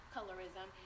colorism